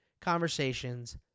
conversations